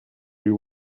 you